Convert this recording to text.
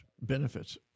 benefits